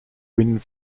wind